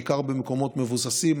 בעיקר במקומות מבוססים,